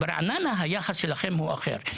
שם היחס שלכם הוא אחר.